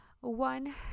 One